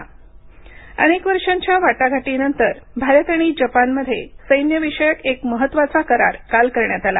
Bharat Japan करार अनेक वर्षांच्या वाटाघाटीनंतर भारत आणि जपान मध्ये सैन्याविषयक एक महत्वाचा करार काल करण्यात आला